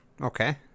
Okay